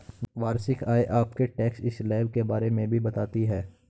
वार्षिक आय आपके टैक्स स्लैब के बारे में भी बताती है